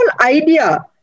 idea